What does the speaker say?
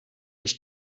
ich